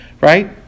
right